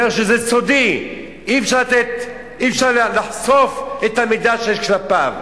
אומר שזה סודי, אי-אפשר לחשוף את המידע שיש כלפיו?